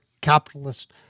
capitalist